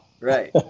Right